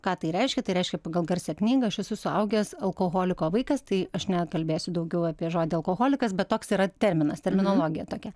ką tai reiškia tai reiškia pagal garsią knygą aš esu suaugęs alkoholiko vaikas tai aš nekalbėsiu daugiau apie žodį alkoholikas bet toks yra terminas terminologija tokia